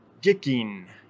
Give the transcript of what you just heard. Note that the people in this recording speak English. Gicking